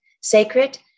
sacred